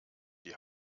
die